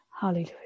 Hallelujah